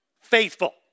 Faithful